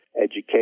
education